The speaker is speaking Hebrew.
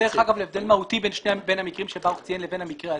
שים לב להבדל מהותי בין המקרים שברוך ציין לבין המקרה הזה.